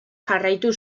jarraitu